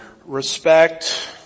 Respect